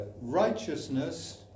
righteousness